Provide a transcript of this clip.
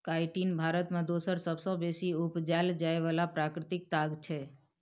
chitin भारत मे दोसर सबसँ बेसी उपजाएल जाइ बला प्राकृतिक ताग छै